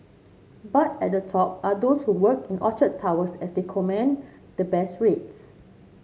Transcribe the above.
but at the top are those who work in Orchard Towers as they command the best rates